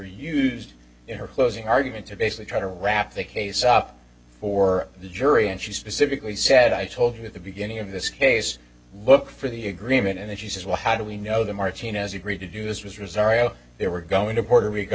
used in her closing argument to basically try to wrap the case up for the jury and she specifically said i told you at the beginning of this case look for the agreement and then she says well how do we know that martinez agreed to do this resign they were going to puerto rico